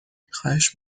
خواهش